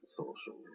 social